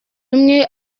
umwe